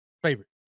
favorite